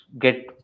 get